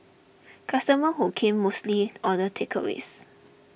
customers who come mostly order takeaways